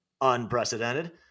Unprecedented